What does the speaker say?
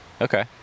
Okay